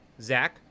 Zach